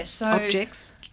objects